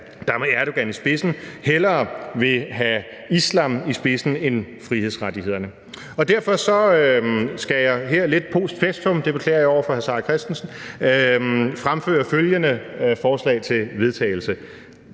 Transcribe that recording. der med Erdogan i spidsen hellere vil have islam i spidsen end frihedsrettighederne. Derfor skal jeg her lidt post festum